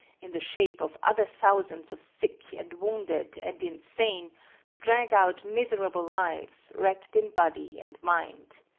in the shape of other thousands of sick and wounded and insane to drag out miserable lives, wrecked in body and mind.